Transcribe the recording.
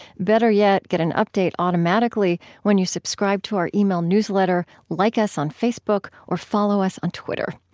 better yet, get an update automatically when you subscribe to our email newsletter, like us on facebook, or follow us on twitter.